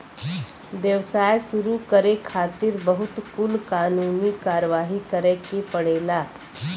व्यवसाय शुरू करे खातिर बहुत कुल कानूनी कारवाही करे के पड़ेला